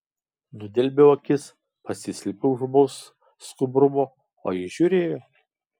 nudelbiau akis pasislėpiau už ūmaus skubrumo o ji žiūrėjo